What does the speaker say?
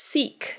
Seek